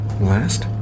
Last